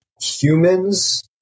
humans